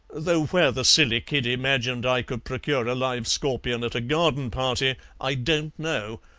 though where the silly kid imagined i could procure a live scorpion at a garden-party i don't know.